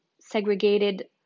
segregated